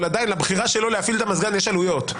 אבל עדיין לבחירה שלו להפעיל את המזגן יש עליות,